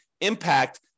impact